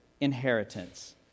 inheritance